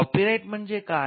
copyright म्हणजे काय